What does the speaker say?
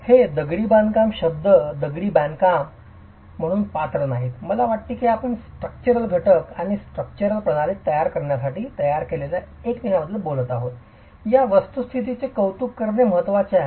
हे दगडी बांधकाम शब्द दगडी बांधकाम म्हणून पात्र नाहीत मला वाटते की आपण स्ट्रक्चरल घटक आणि स्ट्रक्चरल प्रणाली तयार करण्यासाठी तयार केलेल्या एककांबद्दल बोलत आहोत या वस्तुस्थितीचे कौतुक करणे महत्वाचे आहे